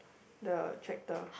the tractor